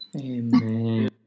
Amen